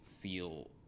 feel